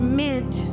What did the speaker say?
meant